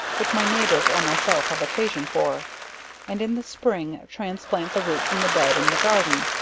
which my neighbors or myself have occasion for and in the spring transplant the roots in the bed in the garden,